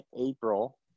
April